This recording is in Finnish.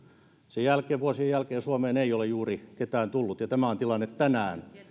sen jälkeen vuosien jälkeen suomeen ei ole juuri ketään tullut ja tämä on tilanne tänään